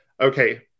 okay